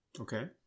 Okay